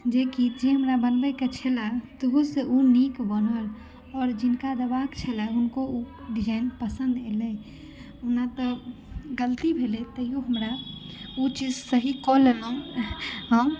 जेकि जे हमरा बनबै के छले तहुसँ ओ नीक बनल आओर जिनका देबाक छले हुनको ओ डिजाइन पसन्द एलनि ओना तऽ गलती भेलै तैयो हमरा ओ चीज सही कऽ लेलहुँ हम